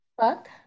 fuck